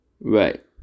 Right